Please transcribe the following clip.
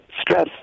stress